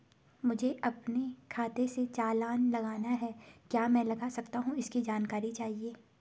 मुझे अपने खाते से चालान लगाना है क्या मैं लगा सकता हूँ इसकी जानकारी चाहिए?